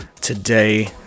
today